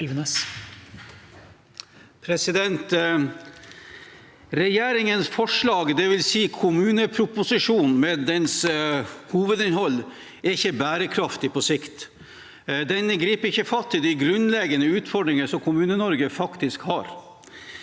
Regjeringens forslag, dvs. kommuneproposisjonen med dens hovedinnhold, er ikke bærekraftig på sikt. Den griper ikke fatt i de grunnleggende utfordringer som Kommune-Norge faktisk har.